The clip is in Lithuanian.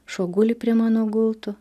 šuo guli prie mano gulto